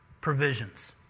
provisions